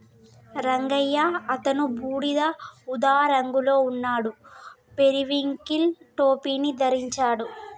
రంగయ్య అతను బూడిద ఊదా రంగులో ఉన్నాడు, పెరివింకిల్ టోపీని ధరించాడు